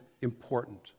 Important